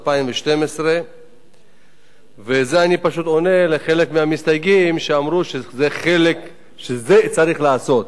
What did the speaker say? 2012. אני פשוט עונה לחלק מהמסתייגים שאת זה צריך לעשות.